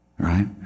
Right